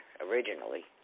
originally